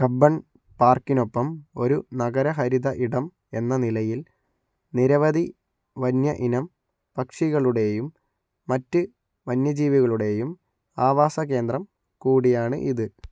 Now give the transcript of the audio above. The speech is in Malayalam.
കബ്ബൺ പാർക്കിനൊപ്പം ഒരു നഗര ഹരിത ഇടം എന്ന നിലയിൽ നിരവധി വന്യ ഇനം പക്ഷികളുടെയും മറ്റ് വന്യജീവികളുടെയും ആവാസ കേന്ദ്രം കൂടിയാണ് ഇത്